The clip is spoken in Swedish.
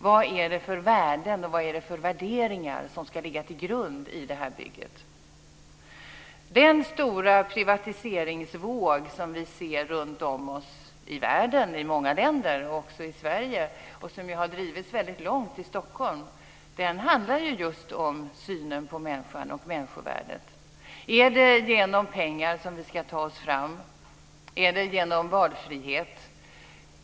Vad är det för värden och värderingar som ska ligga till grund i detta bygge? Den stora privatiseringsvåg som vi ser runtom oss i världen - i många länder, och också i Sverige - och som har drivits väldigt långt i Stockholm handlar just om synen på människan och människovärdet. Är det genom pengar som vi ska ta oss fram? Är det genom valfrihet?